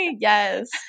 yes